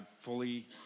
fully